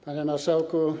Panie Marszałku!